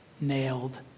nailed